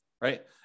right